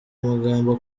amagambo